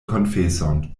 konfeson